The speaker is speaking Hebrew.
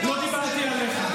לא דיברתי עליך.